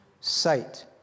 sight